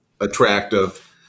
attractive